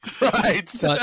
Right